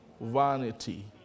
vanity